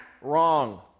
wrong